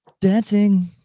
Dancing